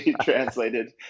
translated